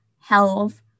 health